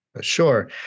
Sure